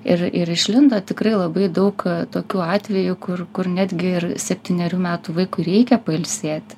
ir ir išlindo tikrai labai daug tokių atvejų kur kur netgi ir septynerių metų vaikui reikia pailsėti